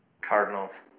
Cardinals